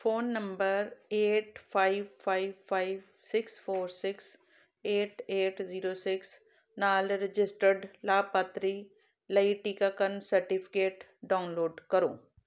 phone number eight five five five six four six eight eight zero six ਨਾਲ registered ਲਾਭਪਾਤਰੀ ਲਈ ਟੀਕਾਕਰਨ certificate download ਕਰੋ